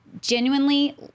genuinely